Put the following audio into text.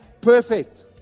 perfect